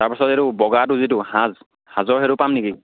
তাৰপাছত এইটো বগাটো যিটো সাজ সাজৰ সেইটো পাম নেকি